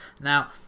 Now